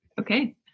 Okay